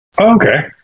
Okay